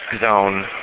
zone